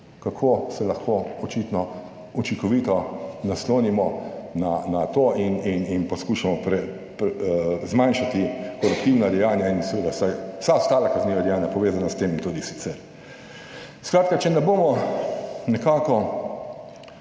kako se lahko očitno učinkovito naslonimo na to in poskušamo zmanjšati koruptivna dejanja in seveda vsaj vsa ostala kazniva dejanja, povezana s tem in tudi sicer. Skratka če ne bomo nekako